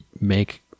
make